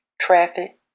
traffic